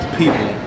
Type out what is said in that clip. people